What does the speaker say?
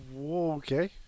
Okay